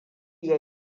ya